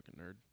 nerd